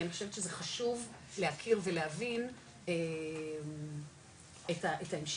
כי אני חושבת שזה חשוב להכיר ולהבין את ההמשך.